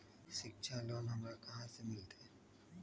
शिक्षा लोन हमरा कहाँ से मिलतै?